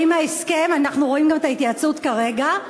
אנחנו רואים גם את ההתייעצות כרגע.